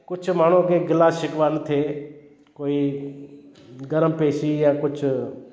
कुझु माण्हू खे गिला शिक्वा न थे कोई गर्मु पेशी या कुझु